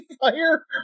fire